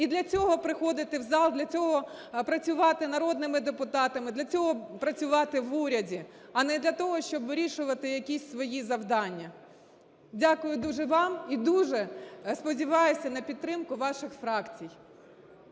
і для цього приходити в зал, для цього працювати народними депутатами, для цього працювати в уряді, а не для того, щоб вирішувати якісь свої завдання. Дякую дуже вам. І дуже сподіваюся на підтримку ваших фракцій.